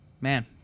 Man